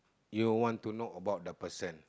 you all want to know about the person